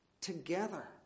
together